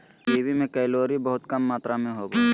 kiwi में calorie बहुत कम मात्र में होबो हइ